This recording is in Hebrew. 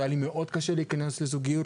היה לי מאוד קשה להיכנס לזוגיות,